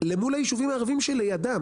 היישובים הערבים שלידם.